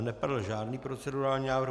Nepadl žádný procedurální návrh.